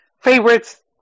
favorites